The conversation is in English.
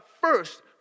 First